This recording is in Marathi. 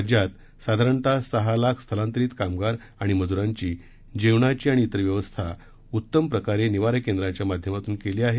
राज्यात साधारणत सहा लाख स्थलांतरीत कामगार आणि मजुरांची जेवणाची आणि इतर व्यवस्था उत्तम प्रकारे निवाराकेंद्राच्या माध्यमातून केली आहे